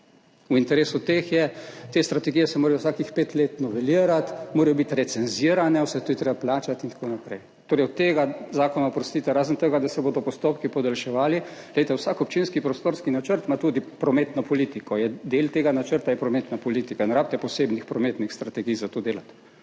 V interesu teh je, te strategije se morajo vsakih pet let novelirati, morajo biti recenzirane, vse to je treba plačati in tako naprej. Torej od tega zakona, oprostite, razen tega, da se bodo postopki podaljševali, poglejte, vsak občinski prostorski načrt ima tudi prometno politiko, del tega načrta je prometna politika, ne rabite posebnih prometnih strategij za to delati.